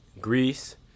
Greece